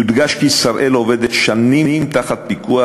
יודגש כי "שראל" עובדת שנים תחת פיקוח